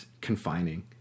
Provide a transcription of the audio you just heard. confining